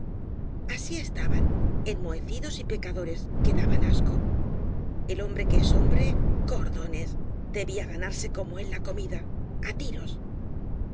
así estaban de enmohecidos y pecadores que daban asco el hombre que es hombre cordones debía ganarse como él la comida á